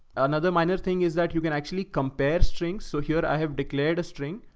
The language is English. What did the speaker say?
another minor thing is that you can actually compare strings. so here i have declared a string.